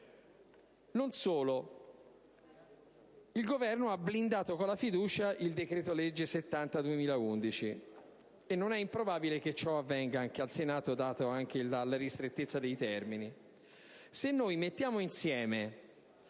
Non solo. Il Governo alla Camera ha blindato con la fiducia il decreto-legge n. 70 del 2011, e non è improbabile che ciò avvenga anche al Senato, data la ristrettezza dei tempi.